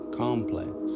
complex